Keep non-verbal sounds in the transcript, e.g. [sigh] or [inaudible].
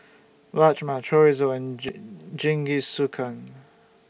Rajma Chorizo and [unintelligible] Jingisukan